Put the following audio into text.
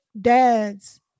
dads